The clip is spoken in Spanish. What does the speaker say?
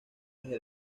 desde